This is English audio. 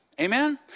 Amen